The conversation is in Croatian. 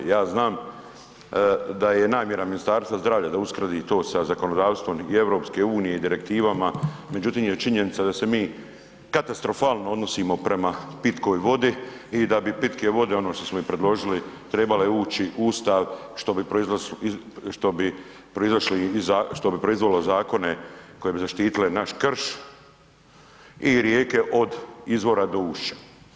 Ja znam da je namjera Ministarstva zdravlja da uskladi to sa zakonodavstvom i EU i direktivama međutim je činjenica da se mi katastrofalno odnosimo prema pitkoj vodi i da bi pitke vode, ono što smo i predložili trebale ući u Ustav što bi proizvelo zakone koji bi zaštitili naš krš i rijeke od izvora do ušća.